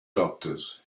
doctors